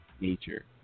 nature